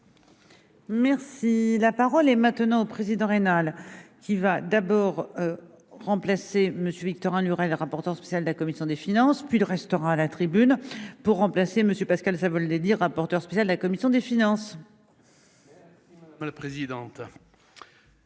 Merci, la parole est maintenant au président rénale qui va d'abord remplacé Monsieur Victorin Lurel, rapporteur spécial de la commission des finances puis le restaurant à la tribune pour remplacer Monsieur Pascal Savoldelli, rapporteur spécial de la commission des finances. La présidente,